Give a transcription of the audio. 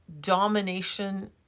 domination